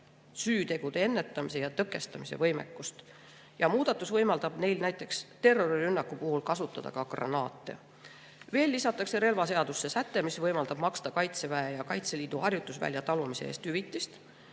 süütegude ennetamise ja tõkestamise võimekust. Muudatus võimaldab neil näiteks terrorirünnaku puhul kasutada ka granaate. Veel lisatakse relvaseadusesse säte, mis võimaldab maksta Kaitseväe ja Kaitseliidu harjutusvälja talumise eest hüvitist.